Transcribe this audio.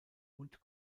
und